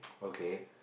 okay